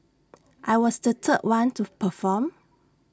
I was the third one to perform